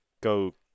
go